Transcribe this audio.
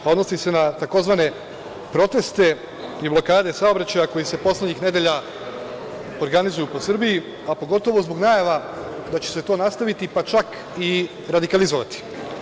Odnosi se na tzv. proteste i blokade saobraćaja koji se poslednjih nedelja organizuju po Srbiji, a pogotovo zbog najava da će se to nastaviti, pa čak i radikalizovati.